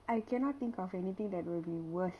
I cannot think of anything that will be worst